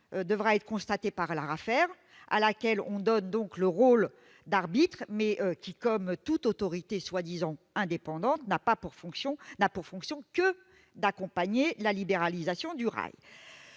devra être constatée par l'ARAFER, à laquelle on donne le rôle d'arbitre, mais qui, comme toute autorité prétendument indépendante, n'a pour fonction que d'accompagner la libéralisation du rail.